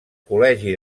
col·legi